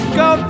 go